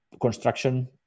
construction